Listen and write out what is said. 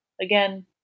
again